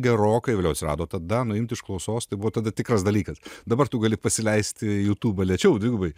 gerokai vėliau atsirado tada nu imt iš klausos tai buvo tada tikras dalykas dabar tu gali pasileisti jutubą lėčiau dvigubai